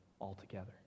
altogether